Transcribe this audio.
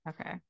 Okay